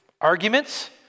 arguments